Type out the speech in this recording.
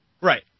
Right